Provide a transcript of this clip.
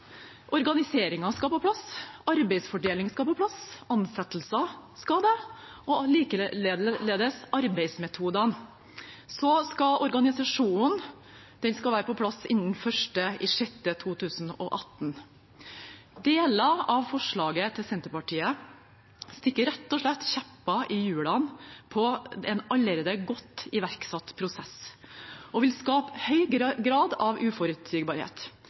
skal på plass, arbeidsfordeling skal på plass, ansettelser skal det og likeledes arbeidsmetoder. Så skal organisasjonen være på plass innen 1. juni 2018. Deler av forslaget til Senterpartiet stikker rett og slett kjepper i hjulene på en allerede godt iverksatt prosess og vil skape høy grad av uforutsigbarhet.